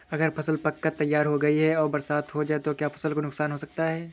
अगर फसल पक कर तैयार हो गई है और बरसात हो जाए तो क्या फसल को नुकसान हो सकता है?